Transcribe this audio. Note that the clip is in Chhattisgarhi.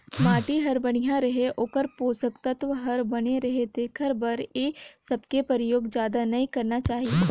माटी हर बड़िया रहें, ओखर पोसक तत्व हर बने रहे तेखर बर ए सबके परयोग जादा नई करना चाही